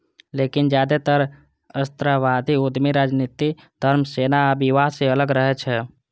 लेकिन जादेतर सहस्राब्दी उद्यमी राजनीति, धर्म, सेना आ विवाह सं अलग रहै छै